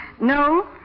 No